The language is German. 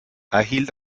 erhielt